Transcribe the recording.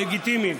לגיטימיים.